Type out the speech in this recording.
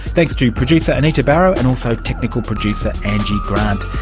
thanks to producer anita barraud and also technical producer angie grant.